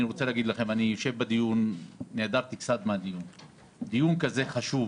אני רוצה להגיד לכם נעדרתי קצת מהדיון אבל דיון כזה חשוב